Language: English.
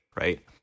right